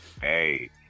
hey